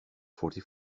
forty